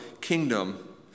kingdom